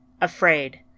afraid